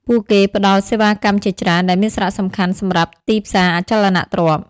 ពួកគេផ្តល់សេវាកម្មជាច្រើន ដែលមានសារៈសំខាន់សម្រាប់ទីផ្សារអចលនទ្រព្យ។